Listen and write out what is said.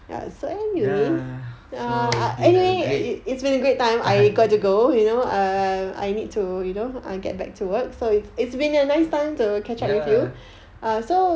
ya so it's been a great time ya